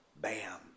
Bam